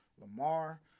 Lamar